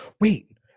wait